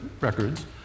records